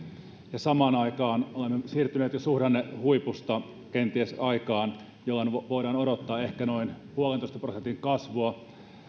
ja samaan aikaan olemme siirtyneet jo suhdannehuipusta kenties aikaan jolloin voidaan odottaa ehkä noin puolentoista prosentin kasvua